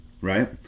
right